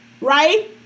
Right